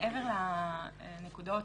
מעבר לנקודות